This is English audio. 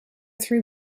three